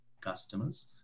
customers